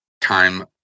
time